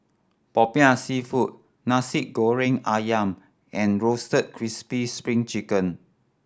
Popiah Seafood Nasi Goreng Ayam and Roasted Crispy Spring Chicken